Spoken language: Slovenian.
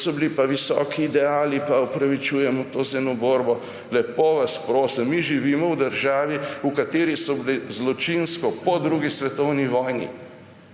to so bili pa visoki ideali, pa opravičujemo to z eno borbo. Lepo vas prosim! Mi živimo v državi, v kateri so bila po drugi svetovni vojni